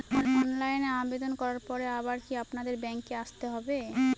অনলাইনে আবেদন করার পরে আবার কি আপনাদের ব্যাঙ্কে আসতে হবে?